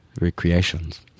recreations